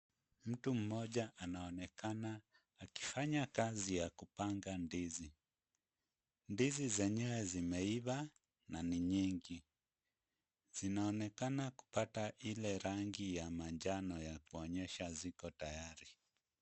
Mtu mmoja anaonekana akifanya kazi ya kupanga ndizi. Ndizi zwnyewe zimeiva na ni nyingi. Zinaonekana kupata ile rangi ya manjano, ya kuonyesha ziko tayari.